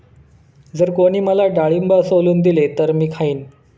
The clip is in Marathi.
जर कोणी मला डाळिंब सोलून दिले तर मी खाईन